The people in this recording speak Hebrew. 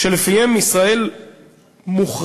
שלפיהם ישראל מוחרמת